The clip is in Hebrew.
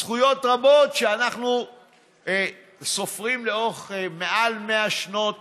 זכויות רבות שאנחנו סופרים לאורך יותר מ-100 שנות